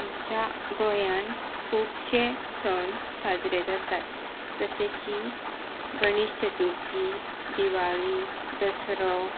आमच्या गोंयान खुबशे सण साजरे जाता जशे की गणेश चतुर्थी दिवाळी दसरो